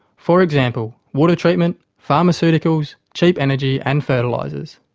for example, water treatment, pharmaceuticals, cheap energy and fertilisers.